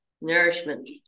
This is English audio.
nourishment